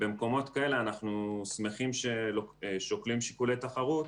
במקומות כאלה אנחנו שמחים ששוקלים שיקולי תחרות.